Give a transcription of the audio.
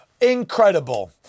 Incredible